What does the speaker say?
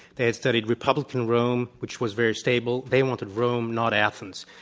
they had studied republican rome, which was very stable, they wanted rome, not athens.